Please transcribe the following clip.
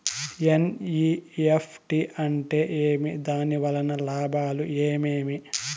NEFT అంటే ఏమి? దాని వలన లాభాలు ఏమేమి